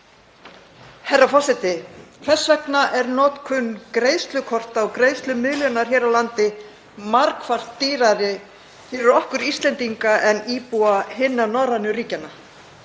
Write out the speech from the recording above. Herra forseti. Hvers vegna er notkun greiðslukorta og greiðslumiðlunar hér á landi margfalt dýrari fyrir okkur Íslendinga en íbúa hinna norrænu ríkjanna?